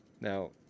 Now